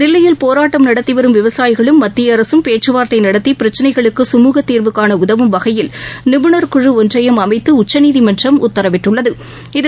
தில்லியில் போராட்டம் நடத்திவரும் விவசாயிகளும் மத்தியஅரசும் பேச்சுவார்த்தைநடத்திபிரச்சினைகளுக்கு சுமூகத்தீர்வு காணஉதவும் வகையில் நிபுணர் குழு ஒன்றையும் அமைத்துஉச்சநீதிமன்றம் உத்தரவிட்டுள்ளது